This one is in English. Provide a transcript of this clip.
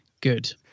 good